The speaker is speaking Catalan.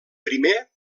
primer